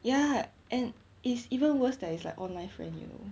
ya and it's even worse there is like online friend you know